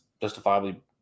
justifiably